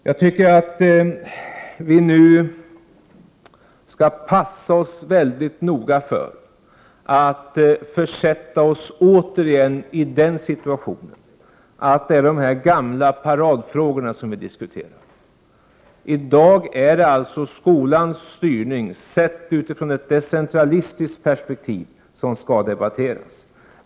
Jag tycker att vi skall passa oss mycket noga för att återigen försätta oss i den situationen att vi diskuterar de gamla paradfrågorna. I dag är det alltså skolans styrning, sedd utifrån ett decentralistiskt perspektiv, som skall debatteras.